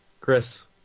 Chris